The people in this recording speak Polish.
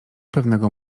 pewnego